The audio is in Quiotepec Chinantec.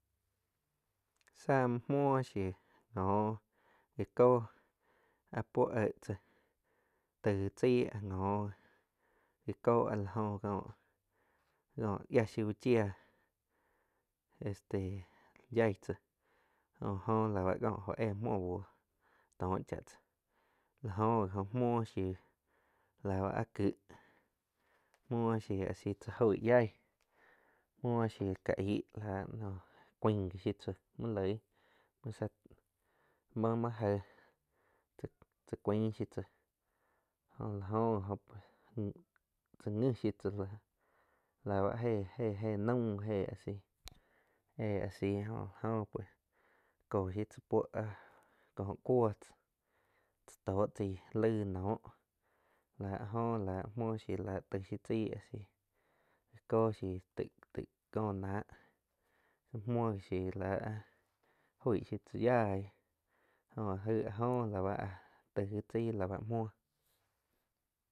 Sá muo, muo shiu njo jáh kó áh puó éh tzá taig chaí njo já kó áh la jóh kóh-koh yia shiu uh chia este, yai tsá jo oh lau éh muoh bú tóh cha tsá la jo gi oh muoh shiu lau áh kih muoh shiu áh si tsa joig yai, muo shiu ka aig la no cuain shiu tzá muoh loigm muo tzá muo-muo jé tzá cuian shiu tzá jo la jo gi oh cha nji shiu tzá la ba jé-jé naum jé asi, je asi jo áh jo pues kóh shiu tzá puo áh có cuoh tzá, tzá toh chai laig noh, lah áh jo lah mhuo shiu la tai shiu tzai asi kó shiu taig có nah tzi muoh gi shiu lah oig shiu tzá yaih jo aig áh jo la báh taig gi chai la ba muoh.